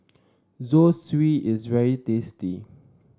Zosui is very tasty